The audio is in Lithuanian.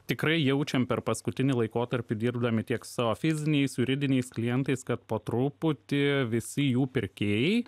tikrai jaučiam per paskutinį laikotarpį dirbdami tiek su savo fiziniais juridiniais klientais kad po truputį visi jų pirkėjai